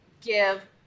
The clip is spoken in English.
give